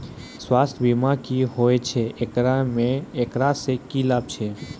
स्वास्थ्य बीमा की होय छै, एकरा से की लाभ छै?